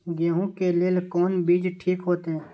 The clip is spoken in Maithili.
गेहूं के लेल कोन बीज ठीक होते?